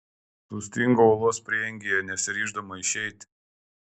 sustingau olos prieangyje nesiryždama išeiti